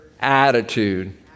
attitude